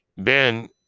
ben